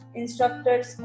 instructors